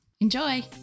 Enjoy